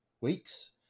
weeks